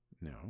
No